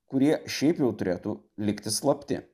kurie šiaip jau turėtų likti slapti